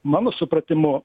mano supratimu